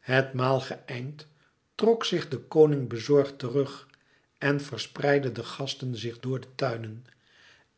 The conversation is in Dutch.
het maal geëind trok zich de koning bezorgd terug en verspreidden de gasten zich door de tuinen